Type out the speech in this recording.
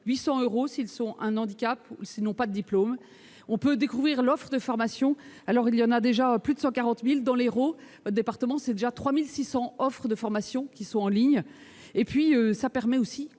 800 euros s'ils ont un handicap ou s'ils n'ont pas de diplôme. On peut découvrir l'offre de formations : il y en a déjà plus de 140 000. Dans l'Hérault, votre département, 3 600 offres de formation sont déjà en ligne. Cela permet aussi,